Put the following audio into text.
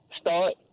start